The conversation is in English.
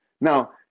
Now